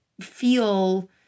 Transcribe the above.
feel